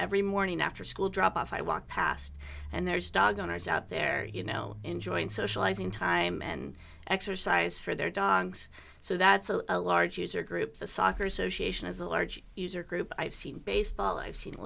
every morning after school drop off i walk past and there's dog owners out there you know enjoying socializing time and exercise for their dogs so that's a large user group the soccer association is a large user group i've seen baseball i've seen